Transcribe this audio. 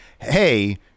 Hey